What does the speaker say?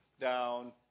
down